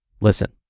listen